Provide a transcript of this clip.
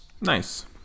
Nice